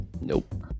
Nope